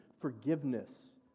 forgiveness